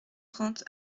trente